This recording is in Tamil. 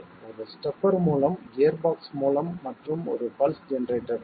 ஒரு ஸ்டெப்பர் மூலம் கியர் பாக்ஸ் மூலம் மற்றும் ஒரு பல்ஸ் ஜெனரேட்டருடன்